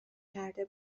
کرده